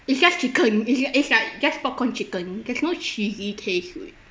it's just chicken it's it's like just popcorn chicken there's no cheesy taste